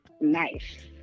Nice